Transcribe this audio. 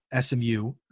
SMU